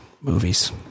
movies